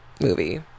movie